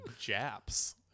Japs